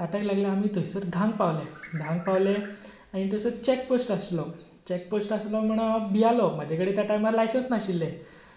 आमी थंयसर धांक पावले धांक पावले आनी थंयसर चॅक पॉस्ट आसलो चॅक पॉस्ट आसलो म्हूण हांव भियेलो म्हाजे कडेन त्या टायमार लायसन्स नाशिल्लें